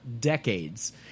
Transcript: decades